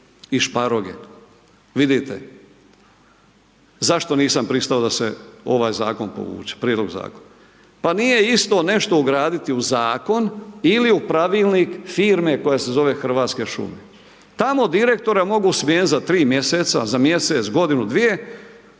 i šparoge. Vidite, zašto nisam pristao da se ovaj zakon povuče, prijedlog zakona? Pa nije isto nešto ugraditi u zakon ili u pravilnik firme koja se zove Hrvatske šume, tamo direktora mogu smijeniti za 3 mjeseca, za mjesec, godinu, dvije,